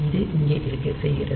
இது இங்கே செய்கிறது